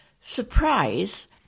surprise